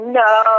no